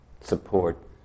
support